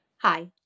Hi